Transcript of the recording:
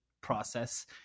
process